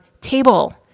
table